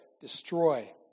destroy